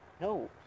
No